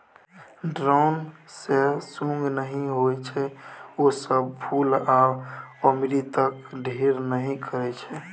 drone मे सुंग नहि होइ छै ओ सब फुल आ अमृतक ढेर नहि करय छै